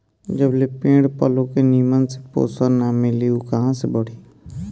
जबले पेड़ पलो के निमन से पोषण ना मिली उ कहां से बढ़ी